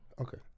Okay